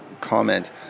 comment